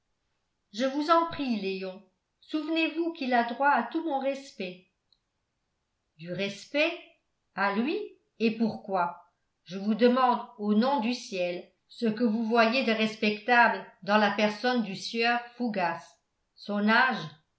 je vous en prie léon souvenez-vous qu'il a droit à tout mon respect du respect à lui et pourquoi je vous demande au nom du ciel ce que vous voyez de respectable dans la personne du sieur fougas son âge